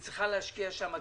היא צריכה להשקיע שם כסף.